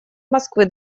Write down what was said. москвы